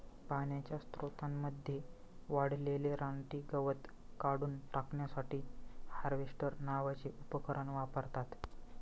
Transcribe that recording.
पाण्याच्या स्त्रोतांमध्ये वाढलेले रानटी गवत काढून टाकण्यासाठी हार्वेस्टर नावाचे उपकरण वापरतात